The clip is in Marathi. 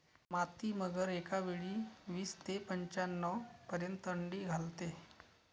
मादी मगर एकावेळी वीस ते पंच्याण्णव पर्यंत अंडी घालते